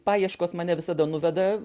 paieškos mane visada nuveda